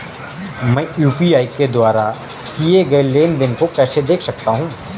मैं यू.पी.आई के द्वारा किए गए लेनदेन को कैसे देख सकता हूं?